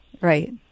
right